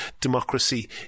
democracy